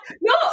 No